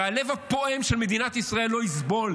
והלב הפועם של מדינת ישראל לא יסבול